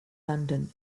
london